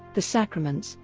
the sacraments,